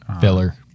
filler